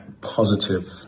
Positive